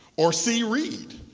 or c, read.